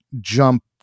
jump